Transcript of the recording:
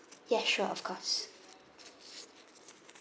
yes sure of course